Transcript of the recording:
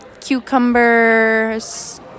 cucumbers